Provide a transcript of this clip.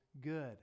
good